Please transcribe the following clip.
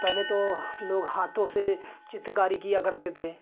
पहले तो लोग हाथों से चित्रकारी किया करते थे